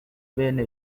bene